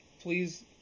please